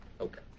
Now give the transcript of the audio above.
Okay